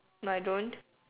my don't